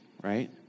right